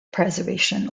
preservation